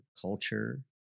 culture